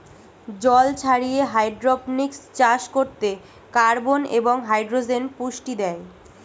জল ছাড়িয়ে হাইড্রোপনিক্স চাষ করতে কার্বন এবং হাইড্রোজেন পুষ্টি দেয়